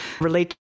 relate